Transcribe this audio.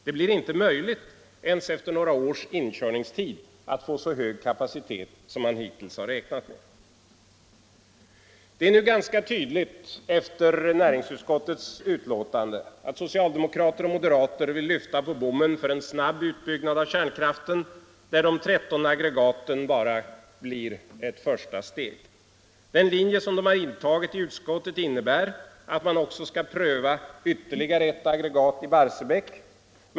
Det blir inte möjligt ens efter några års inkörningstid att få så hög kapacitet som man hittills har räknat med. Det är nu ganska tydligt, sedan näringsutskottet avgivit sitt betänkande, att socialdemokrater och moderater vill lyfta på bommen för en snabb utbyggnad av kärnkraften där de 13 aggregaten bara blir ett första steg. Den linje som dessa partier har intagit i utskottet innebär att man också skall pröva ytterligare ett aggregat i Barsebäck.